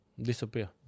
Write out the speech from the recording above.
disappear